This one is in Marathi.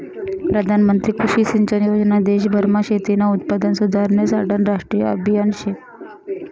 प्रधानमंत्री कृषी सिंचन योजना देशभरमा शेतीनं उत्पादन सुधारासाठेनं राष्ट्रीय आभियान शे